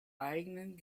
eigenen